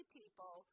people